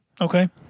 okay